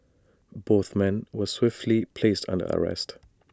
both men were swiftly placed under arrest